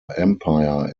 empire